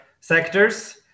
sectors